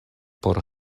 por